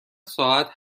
ساعت